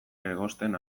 egosten